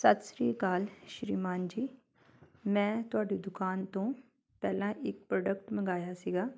ਸਤਿ ਸ੍ਰੀ ਅਕਾਲ ਸ਼੍ਰੀਮਾਨ ਜੀ ਮੈਂ ਤੁਹਾਡੀ ਦੁਕਾਨ ਤੋਂ ਪਹਿਲਾਂ ਇੱਕ ਪ੍ਰੋਡਕਟ ਮੰਗਾਇਆ ਸੀਗਾ